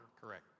Correct